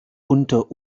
unter